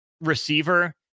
receiver